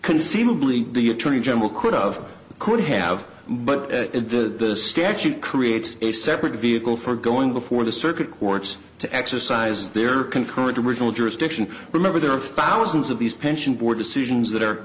conceivably the attorney general could of could have but the statute creates a separate vehicle for going before the circuit courts to exercise their concurrent original jurisdiction remember there are thousands of these pension board decisions that are